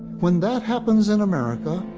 when that happens in america,